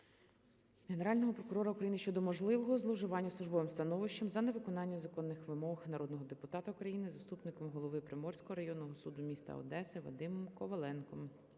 Генерального прокурора України щодо можливого зловживання службовим становищем та невиконання законних вимог народного депутата України заступником голови Приморського районного суду міста Одеси Вадимом Коваленком.